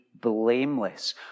blameless